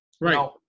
Right